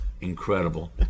Incredible